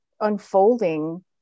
unfolding